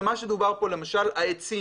מה שדובר פה, למשל העצים,